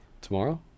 Tomorrow